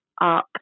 up